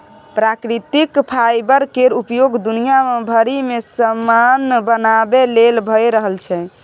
प्राकृतिक फाईबर केर उपयोग दुनिया भरि मे समान बनाबे लेल भए रहल छै